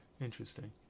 interesting